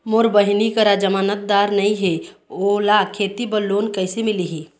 मोर बहिनी करा जमानतदार नई हे, ओला खेती बर लोन कइसे मिलही?